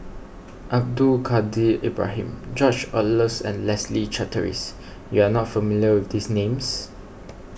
Abdul Kadir Ibrahim George Oehlers and Leslie Charteris you are not familiar with these names